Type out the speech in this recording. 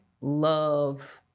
love